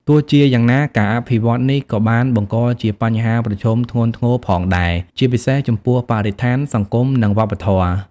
ទោះជាយ៉ាងណា ការអភិវឌ្ឍនេះក៏បានបង្កជា បញ្ហាប្រឈមធ្ងន់ធ្ងរ ផងដែរ ជាពិសេសចំពោះបរិស្ថាន សង្គម និងវប្បធម៌។